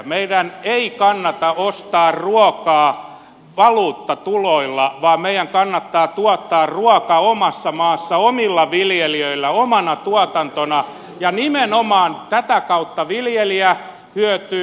meidän ei kannata ostaa ruokaa valuuttatuloilla vaan meidän kannattaa tuottaa ruoka omassa maassa omilla viljelijöillä omana tuotantona ja nimenomaan tätä kautta viljelijä hyötyy